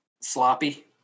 sloppy